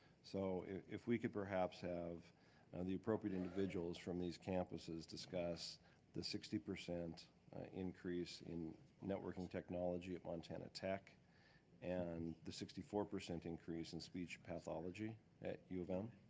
so if we could perhaps have the appropriate individuals from these campuses discuss the sixty percent increase in network and technology at montana tech and the sixty four percent increase in speech pathology at u of m?